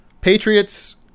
Patriots